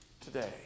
today